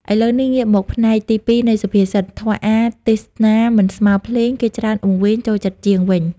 ឥឡូវនេះ ងាកមកផ្នែកទីពីរនៃសុភាសិត "ធម៌អាថ៌ទេសនា មិនស្មើភ្លេង គេច្រើនវង្វេង ចូលចិត្តជាង" វិញ។